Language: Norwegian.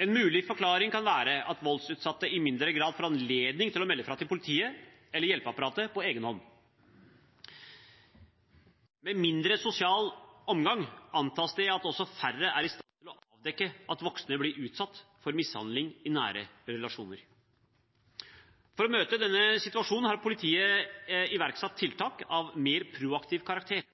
En mulig forklaring kan være at voldsutsatte i mindre grad får anledning til å melde fra til politiet eller hjelpeapparatet på egen hånd. Med mindre sosial omgang antas det at også færre er i stand til å avdekke at voksne blir utsatt for mishandling i nære relasjoner. For å møte denne situasjonen har politiet iverksatt tiltak av mer proaktiv karakter.